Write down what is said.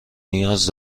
نیاز